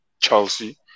Chelsea